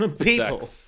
People